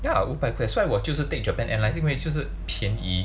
ya 五百 that's why 我就是 take Japan airlines 因为就是便宜